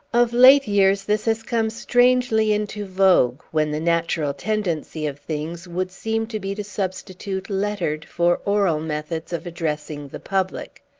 of late years this has come strangely into vogue, when the natural tendency of things would seem to be to substitute lettered for oral methods of addressing the public.